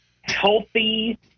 healthy